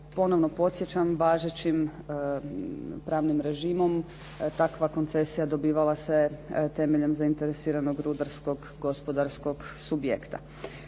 Ponovno podsjećam, važećim pravnim režimom takva koncesija dobivala se temeljem zainteresiranog rudarskog gospodarskog subjekta.